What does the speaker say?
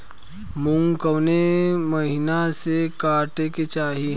मूंग कवने मसीन से कांटेके चाही?